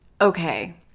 Okay